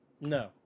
No